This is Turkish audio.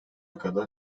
kadar